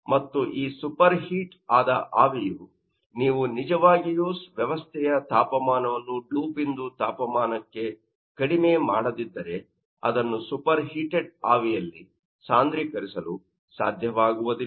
ಮತ್ತು ಈ super heat ಆದ ಆವಿಯು ನೀವು ನಿಜವಾಗಿಯೂ ವ್ಯವಸ್ಥೆಯ ತಾಪಮಾನವನ್ನು ಡಿವ್ ಬಿಂದು ತಾಪಮಾನಕ್ಕೆ ಕಡಿಮೆ ಮಾಡದಿದ್ದರೆ ಅದನ್ನು ಸೂಪರ್ ಹೀಟಡ್ ಆವಿಯಲ್ಲಿ ಸಾಂದ್ರೀಕರಿಸಲು ಸಾಧ್ಯವಾಗುವುದಿಲ್ಲ